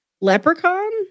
Leprechaun